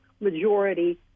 majority